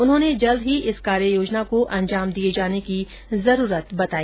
उन्होने जल्द इस कार्ययोजना को अंजाम दिए जाने की जरुरत बताई